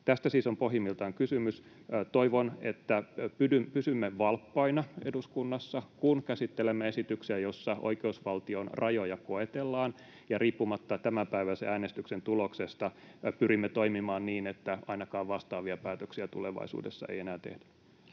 Tästä siis on pohjimmiltaan kysymys. Toivon, että pysymme valppaina eduskunnassa, kun käsittelemme esityksiä, joissa oikeusvaltion rajoja koetellaan, ja riippumatta tämänpäiväisen äänestyksen tuloksesta pyrimme toimimaan niin, että ainakaan vastaavia päätöksiä tulevaisuudessa ei enää tehdä.